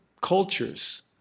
cultures